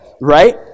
right